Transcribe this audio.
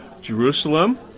Jerusalem